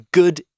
good